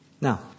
Now